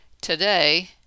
today